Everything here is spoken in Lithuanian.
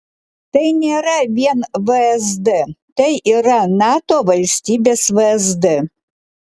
tai nėra vien vsd tai yra nato valstybės vsd